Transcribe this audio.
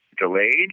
delayed